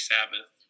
Sabbath